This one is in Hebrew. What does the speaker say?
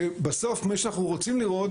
כשבסוף מה שאנחנו רוצים לראות,